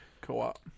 co-op